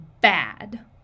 bad